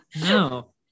No